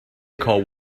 call